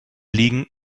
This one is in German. liegen